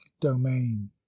domain